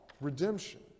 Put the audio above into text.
redemption